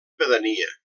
pedania